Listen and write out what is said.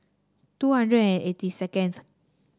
two hundred and eighty seconds